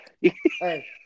Hey